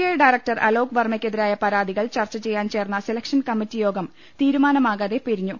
I director Alok വർമ്മക്കെതിരായ പരാതികൾ ചർച്ച ചെയ്യാൻ ചേർന്ന സെലക്ഷൻ കമ്മിറ്റി യോഗം തീരുമാനമാകാതെ പിരിഞ്ഞു